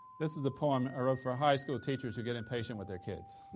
this is a poem i wrote for high school teachers who get impatient with their kids.